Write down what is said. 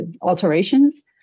alterations